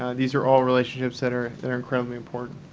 these are all relationships that are that are incredibly important.